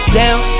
down